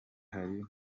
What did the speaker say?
hari